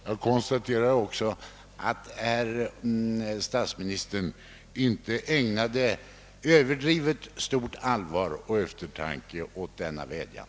Jag konstaterar att statsministern tyvärr inte ägnade något överdrivet stort allvar eller någon större eftertanke åt denna vädjan.